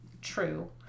true